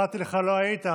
קראתי לך, לא היית.